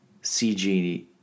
CG